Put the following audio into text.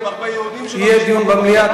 יהיה דיון במליאה.